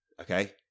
okay